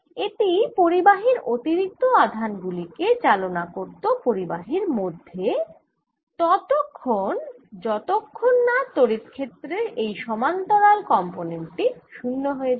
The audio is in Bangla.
এটি পরিবাহীর অতিরিক্ত আধান গুলি কে চালনা করত পরিবাহীর মধ্যে ততক্ষন যতক্ষন না তড়িৎ ক্ষেত্রের এই সমান্তরাল কম্পোনেন্ট টি 0 হয়ে যায়